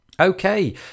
Okay